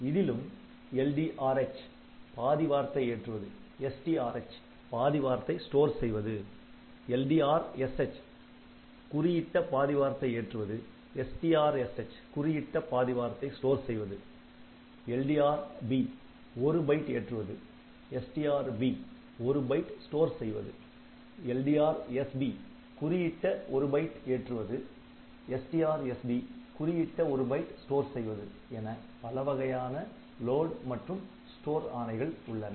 இதிலும் LDRH பாதி வார்த்தை ஏற்றுவது STRH பாதி வார்த்தை ஸ்டோர் செய்வது LDRSH குறியிட்ட பாதி வார்த்தை ஏற்றுவது STRSH குறியிட்ட பாதி வார்த்தை ஸ்டோர் செய்வது LDRB ஒரு பைட் ஏற்றுவது STRB ஒரு பைட் ஸ்டோர் செய்வது LDRSB குறியிட்ட ஒரு பைட் ஏற்றுவது STRSB குறியிட்ட ஒரு பைட் ஸ்டோர் செய்வது என பலவகையான லோட் மற்றும் ஸ்டோர் ஆணைகள் உள்ளன